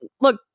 Look